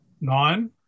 nine